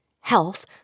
health